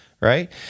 Right